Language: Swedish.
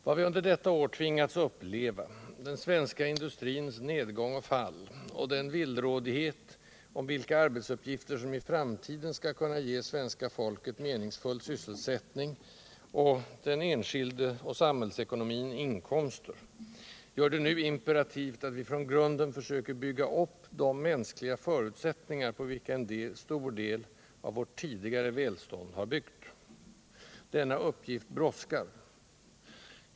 Vad vi under detta år tvingats uppleva — den svenska industrins nedgång och fall och villrådigheten om vilka arbetsuppgifter, som i framtiden skall kunna ge svenska folket meningsfull sysselsättning och den enskilde och samhällsekonomin inkomster — gör det nu imperativt att vi från grunden försöker bygga upp de mänskliga förutsättningar, på vilka en stor del av vårt tidigare välstånd byggts. Denna uppgift brådskar.